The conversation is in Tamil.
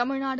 தமிழ்நாடு